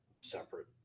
separate